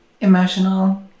emotional